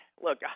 look